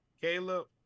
Caleb